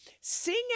Sing